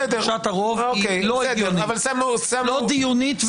לא דיונית.